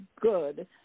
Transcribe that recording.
good